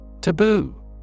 Taboo